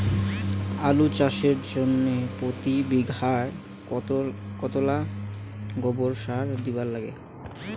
আলু চাষের জইন্যে প্রতি বিঘায় কতোলা গোবর সার দিবার লাগে?